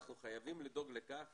אנחנו חייבים לדאוג לכך